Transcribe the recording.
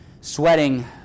Sweating